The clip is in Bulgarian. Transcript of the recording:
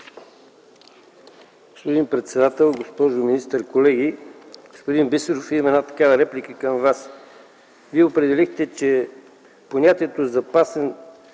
Господин председател, госпожо министър, колеги! Господин Бисеров, имам една такава реплика към Вас. Вие определихте, че понятието „запасен